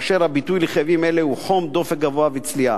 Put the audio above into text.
והביטוי לכאבים האלה הוא חום, דופק גבוה וצליעה.